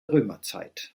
römerzeit